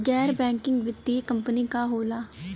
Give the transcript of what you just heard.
गैर बैकिंग वित्तीय कंपनी का होला?